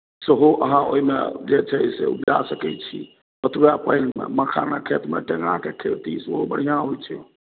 सेहो अहाँ ओहिमे जे छै से उपजा सकैत छी ओतबे पानिमे मखानक खेतमे टेङ्गराके खेती सेहो बढ़िआँ होइत छै